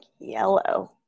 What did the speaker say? yellow